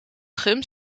gum